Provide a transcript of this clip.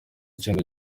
kino